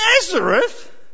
Nazareth